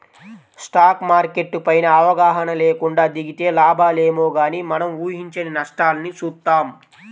stock market పైన అవగాహన లేకుండా దిగితే లాభాలేమో గానీ మనం ఊహించని నష్టాల్ని చూత్తాం